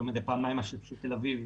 זה פעמיים השטח של תל אביב.